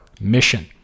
mission